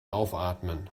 aufatmen